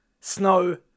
Snow